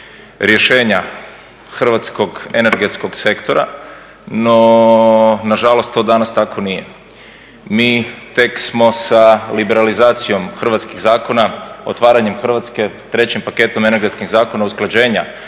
rješenja Hrvatskog energetskog sektora, no na žalost to danas tako nije. Mi tek smo sa liberalizacijom hrvatskih zakona otvaranjem Hrvatske trećem paketu energetskih zakona, usklađenja